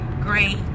great